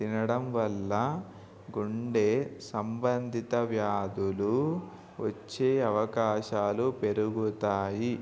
తినడం వల్ల గుండె సంబంధిత వ్యాధులు వచ్చే అవకాశాలు పెరుగుతాయి